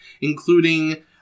including